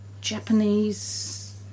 japanese